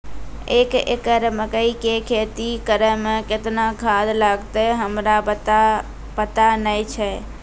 एक एकरऽ मकई के खेती करै मे केतना खाद लागतै हमरा पता नैय छै?